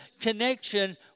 connection